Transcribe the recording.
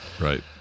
right